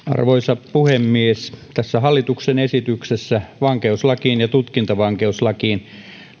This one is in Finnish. arvoisa puhemies tässä hallituksen esityksessä vankeuslakiin ja tutkintavankeuslakiin